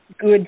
good